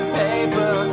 paper